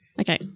Okay